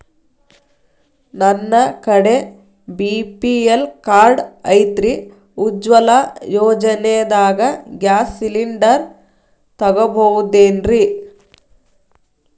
ನನ್ನ ಕಡೆ BPL card ಐತ್ರಿ, ಉಜ್ವಲಾ ಯೋಜನೆದಾಗ ಗ್ಯಾಸ್ ಸಿಲಿಂಡರ್ ತೊಗೋಬಹುದೇನ್ರಿ?